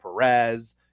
Perez